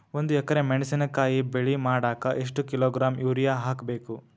ಒಂದ್ ಎಕರೆ ಮೆಣಸಿನಕಾಯಿ ಬೆಳಿ ಮಾಡಾಕ ಎಷ್ಟ ಕಿಲೋಗ್ರಾಂ ಯೂರಿಯಾ ಹಾಕ್ಬೇಕು?